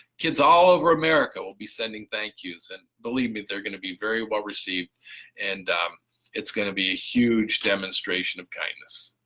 kids all over america will be sending thank yous and believe me they're gonna be very well received and it's gonna be a huge demonstration of kindness.